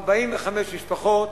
45 משפחות